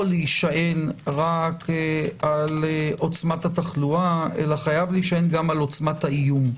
להישען רק על עוצמת התחלואה אלא חייב להישען גם על עוצמת האיום.